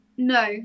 No